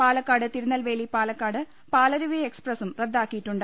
Palakkad Tirunelveli Palakkad Palaruvi എക്സ്പ്രസും റദ്ദാക്കിയിട്ടുണ്ട്